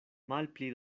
malpli